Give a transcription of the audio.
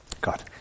God